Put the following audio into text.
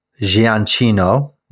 Giancino